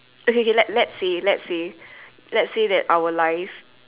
okay okay let let say let say let say that our lives